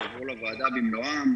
יבואו לוועדה במלואם.